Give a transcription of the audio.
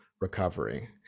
recovery